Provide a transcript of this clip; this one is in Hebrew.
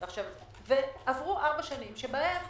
עברו ארבע שנים שבהן,